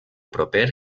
proper